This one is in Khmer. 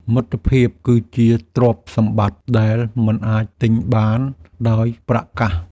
មិត្តភាពគឺជាទ្រព្យសម្បត្តិដែលមិនអាចទិញបានដោយប្រាក់កាស។